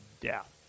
death